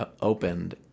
opened